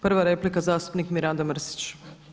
Prva replika zastupnik Mirando Mrsić.